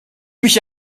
mich